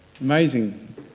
Amazing